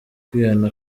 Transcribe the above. kwihana